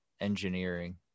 engineering